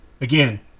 Again